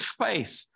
face